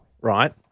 right